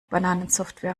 bananensoftware